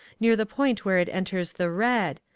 near the point where it enters the red,